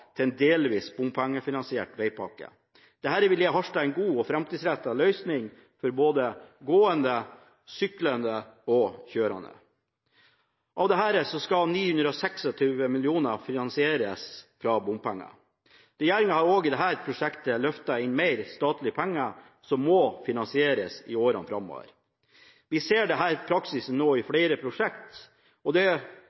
til en delvis bompengefinansiert vegpakke. Dette vil gi Harstad en god og framtidsrettet løsning for både gående, syklende og kjørende. Av dette skal 926 mill. kr finansieres fra bompenger. Regjeringen har også i dette prosjektet løftet inn mer statlige penger som må finansieres i årene framover. Vi ser denne praksisen nå i